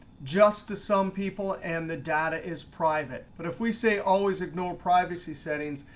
just to some people, and the data is private. but if we say always ignore privacy settings,